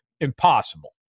impossible